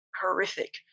horrific